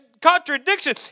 contradiction